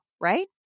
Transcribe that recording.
right